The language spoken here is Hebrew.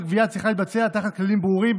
הגבייה צריכה להתבצע תחת כללים ברורים,